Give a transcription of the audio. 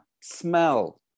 smell